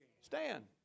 stand